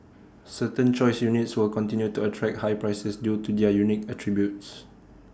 certain choice units will continue to attract high prices due to their unique attributes